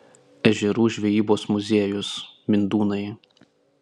ežerų žvejybos muziejus mindūnai